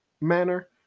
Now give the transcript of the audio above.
manner